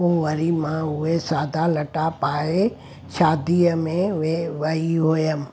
पोइ वरी मां उहे साधा लटा पाए शादीअ में वे वेही हुयमि